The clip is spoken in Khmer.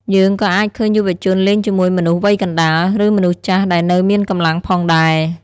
យើងក៏អាចឃើញយុវជនលេងជាមួយមនុស្សវ័យកណ្តាល ឬមនុស្សចាស់ដែលនៅមានកម្លាំងផងដែរ។